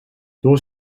door